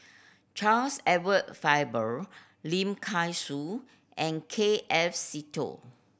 Charles Edward Faber Lim Kay Siu and K F Seetoh